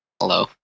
Hello